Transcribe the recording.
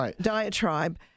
diatribe